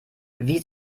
wie